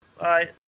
Bye